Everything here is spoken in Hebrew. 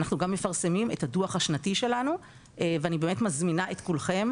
אנחנו גם מפרסמים את הדו"ח השנתי שלנו ואני באמת מזמינה את כולכם